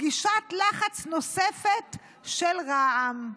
פגישת לחץ נוספת של רע"מ.